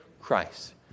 Christ